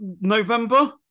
November